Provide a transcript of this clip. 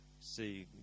see